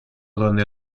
donde